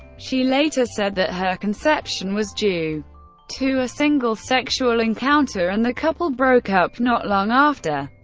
she later said that her conception was due to a single sexual encounter and the couple broke up not long after.